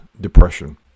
depression